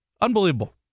Unbelievable